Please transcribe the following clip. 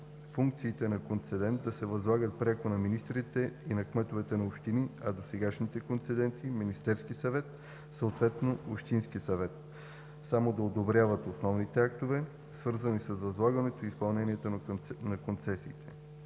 функциите на концедента да се възлагат пряко от министрите и кметовете на общини, а досегашните концеденти – Министерският съвет, съответно общинският съвет, само да одобряват основните актове, свързани с възлагането и изпълнението на концесиите.